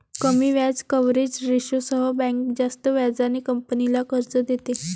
कमी व्याज कव्हरेज रेशोसह बँक जास्त व्याजाने कंपनीला कर्ज देते